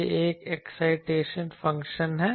यह एक excitation function है